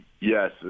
Yes